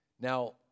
Now